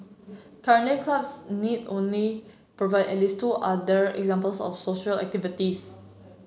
currently clubs need only provide at least two other examples of social activities